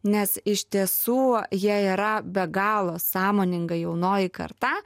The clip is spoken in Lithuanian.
nes iš tiesų jie yra be galo sąmoninga jaunoji karta